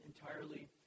entirely